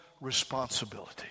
responsibility